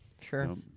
sure